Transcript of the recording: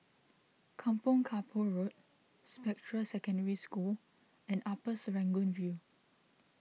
Kampong Kapor Road Spectra Secondary School and Upper Serangoon View